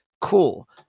Cool